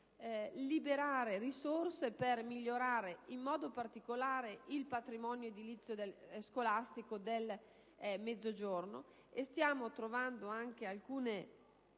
liberare risorse per migliorare in modo particolare il patrimonio edilizio scolastico del Mezzogiorno, e stiamo trovando anche alcune